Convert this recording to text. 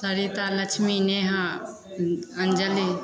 Sarita Lakshmi Neha Anjani